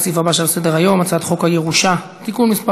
לסעיף הבא שעל סדר-היום: הצעת חוק הירושה (תיקון מס'